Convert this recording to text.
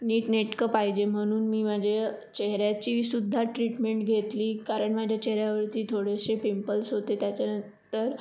नीटनेटकं पाहिजे म्हणून मी माझ्या चेहऱ्याचीसुद्धा ट्रीटमेंट घेतली कारण माझ्या चेहऱ्यावरती थोडेसे पिंपल्स होते त्याच्यानंतर